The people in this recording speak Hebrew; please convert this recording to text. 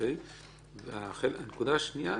והנקודה השנייה,